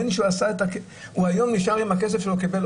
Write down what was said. יכול להיות